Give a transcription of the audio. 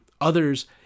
Others